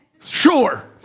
Sure